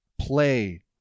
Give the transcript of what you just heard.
play